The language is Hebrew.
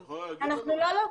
את יכולה להגיד לנו?